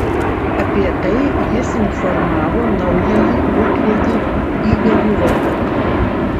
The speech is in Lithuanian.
apie tai jis informavo naująjį ūkvedį igorį rogovą